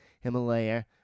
Himalaya